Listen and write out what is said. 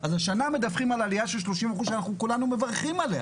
אז השנה מדווים על עליה של 30% שכולנו מברכים עליה,